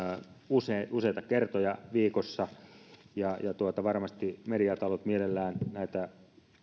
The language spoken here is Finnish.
useita useita kertoja viikossa ja varmasti mediatalot mielellään näitä